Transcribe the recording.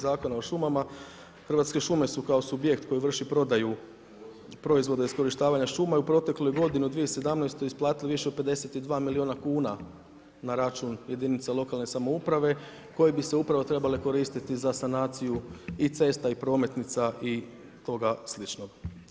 Zakona o šumama, Hrvatske šume su kao subjekt koji vrši prodaju proizvoda i iskorištavanja šuma i u protekloj 2017. isplatili više od 52 milijuna kuna na račun jedinca lokalne samouprave koje bi se upravo trebale koristiti za sanaciju i cesta i prometnica i koga sličnog.